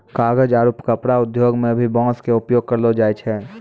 कागज आरो कपड़ा उद्योग मं भी बांस के उपयोग करलो जाय छै